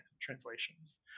translations